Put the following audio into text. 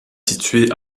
située